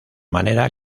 manera